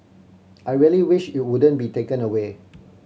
I really wish it wouldn't be taken away